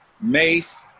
mace